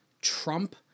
Trump